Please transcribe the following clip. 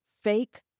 fake